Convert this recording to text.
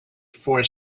for